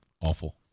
awful